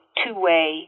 two-way